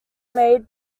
made